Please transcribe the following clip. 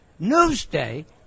Newsday